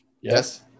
Yes